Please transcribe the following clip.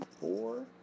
four